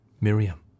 miriam